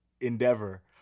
endeavor